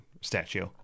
statue